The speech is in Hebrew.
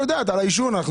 על העישון.